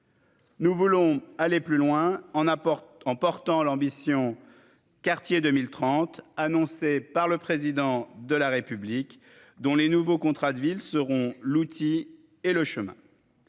Nous voulons aller plus loin en apporte en portant l'ambition quartier 2030, par le président de la République, dont les nouveaux contrats de villes seront l'outil et le chemin